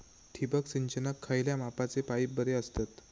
ठिबक सिंचनाक खयल्या मापाचे पाईप बरे असतत?